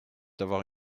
d’avoir